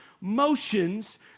motions